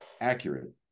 accurate